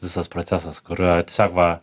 visas procesas kur tiesiog va